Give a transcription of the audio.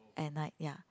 at night ya